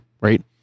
right